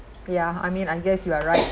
yeah I mean I guess you are right